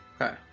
Okay